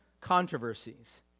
controversies